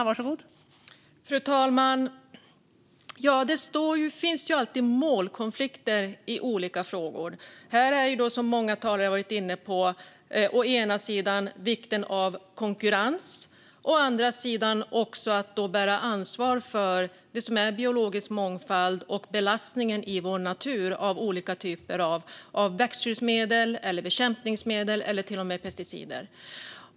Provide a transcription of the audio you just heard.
Fru talman! Ja, det finns alltid målkonflikter i olika frågor. Här finns, som många talare varit inne på, å ena sidan vikten av konkurrens, å andra sidan ansvaret för den biologiska mångfalden och belastningen på vår natur av olika typer av växtskyddsmedel, bekämpningsmedel eller till och med pesticider.